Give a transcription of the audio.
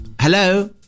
Hello